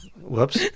whoops